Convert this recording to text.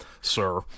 sir